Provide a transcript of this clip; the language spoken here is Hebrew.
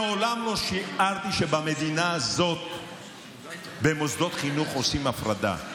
מעולם לא שיערתי שבמדינה הזאת במוסדות חינוך עושים הפרדה.